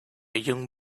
young